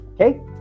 okay